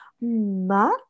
ma